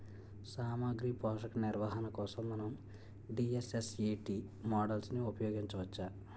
సామాగ్రి పోషక నిర్వహణ కోసం మనం డి.ఎస్.ఎస్.ఎ.టీ మోడల్ని ఉపయోగించవచ్చా?